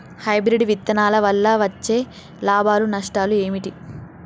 Hybrid విత్తనాల వల్ల వచ్చే లాభాలు నష్టాలు ఏమిటి?